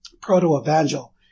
proto-evangel